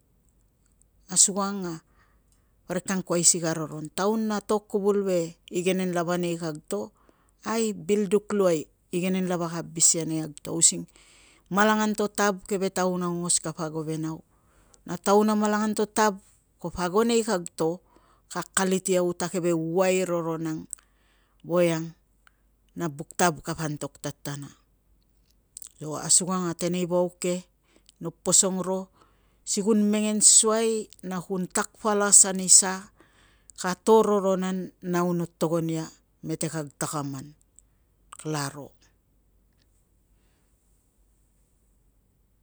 Asukang a parik ka angkuai si ka roron. Taun na to kuvul ve igenen lava nei kag to, ai bil duk luai igenen lava ka abis ia nei kag to using malanganto tav keve taun aungos kapo ago ve nau, na taun a malanganto tav kapa ago nei kag to, ka akalit ia u ta keve uai roron ang voiang na buk tav kapa antok tatana. Asukang a tenei vauk ke no posong ro si kun mengen suai na kun tak palas ani saka to roron an nau no kun togon ia mete kag takaman, kalaro.